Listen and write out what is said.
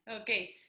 Okay